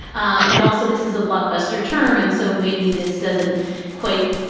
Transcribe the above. um and also, this is a blockbuster term. and so maybe this doesn't quite,